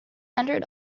entered